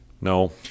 No